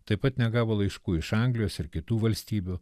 taip pat negavo laiškų iš anglijos ir kitų valstybių